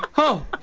oh.